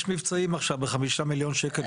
יש מבצעים עכשיו בחמישה מיליון שקל,